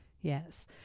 yes